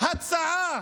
הצעה